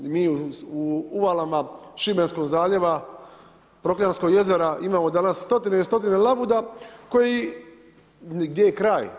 Mi u uvalama šibenskog zaljeva, Prokljansko jezera imamo danas stotine i stotine labuda koji, gdje je kraj.